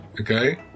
okay